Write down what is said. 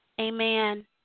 Amen